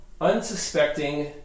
unsuspecting